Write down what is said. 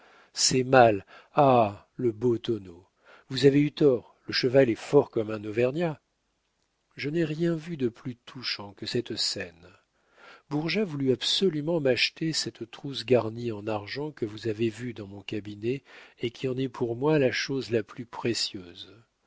c'est mal ah le beau tonneau vous avez eu tort le cheval est fort comme un auvergnat je n'ai rien vu de plus touchant que cette scène bourgeat voulut absolument m'acheter cette trousse garnie en argent que vous avez vue dans mon cabinet et qui en est pour moi la chose la plus précieuse